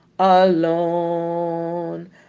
Alone